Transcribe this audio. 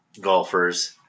golfers